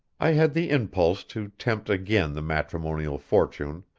i had the impulse to tempt again the matrimonial fortune,